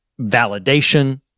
validation